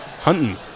hunting